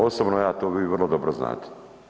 Osobno ja to vi vrlo dobro znate.